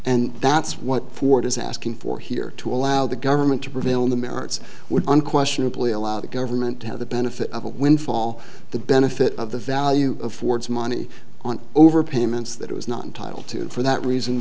and that's what ford is asking for here to allow the government to prevail on the merits would unquestionably allow the government to have the benefit of a windfall the benefit of the value of ford's money on overpayments that it was not entitle to for that reason